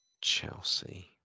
Chelsea